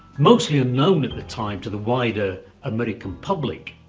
mostly unknown at the time to the wider american public.